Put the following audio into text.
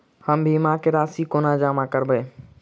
हम बीमा केँ राशि कोना जमा करबै?